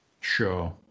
Sure